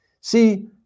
See